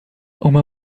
uma